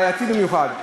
הנושא הבעייתי במיוחד,